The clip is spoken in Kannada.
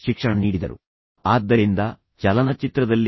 ಆದಿತ್ಯನನ್ನು ನೋಡಿದಾಗ ಆತ 10 ಅಂಕಗಳನ್ನು ಗಳಿಸಿದ್ದಾರೆ